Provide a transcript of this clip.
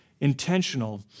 intentional